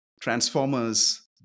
Transformers